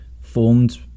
formed